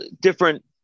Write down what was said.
different